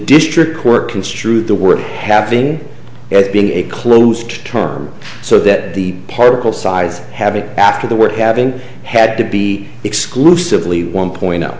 district court construed the word happening as being a closed term so that the particle size having after the word having had to be exclusively one point up